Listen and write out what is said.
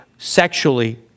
sexually